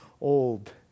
old